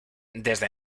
desde